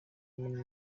munini